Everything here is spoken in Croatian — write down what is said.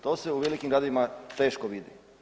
To se u velikim gradovima teško vidi.